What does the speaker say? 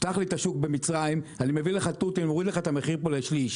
פתח לי את השוק במצרים אני מביא לך תותים ומוריד לך את המחיר פה לשליש.